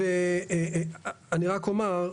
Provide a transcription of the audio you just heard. אני רק אומר,